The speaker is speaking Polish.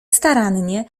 starannie